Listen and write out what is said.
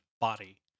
body